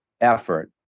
effort